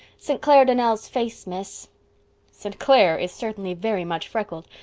st. clair donnell's face, miss st. clair is certainly very much freckled,